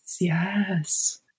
Yes